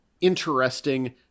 interesting